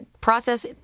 Process